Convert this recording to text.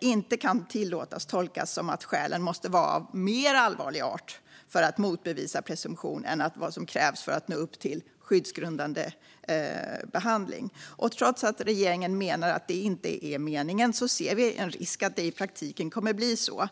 inte kan tillåtas tolkas som att skälen måste vara av mer allvarlig art för att motbevisa presumtionen än vad som krävs för att nå upp till skyddsgrundande behandling. Trots att regeringen menar att det inte är meningen ser vi en risk att det i praktiken kommer att bli så.